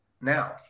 Now